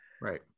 Right